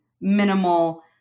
minimal